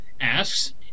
asks